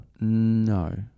No